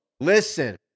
Listen